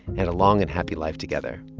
had a long and happy life together.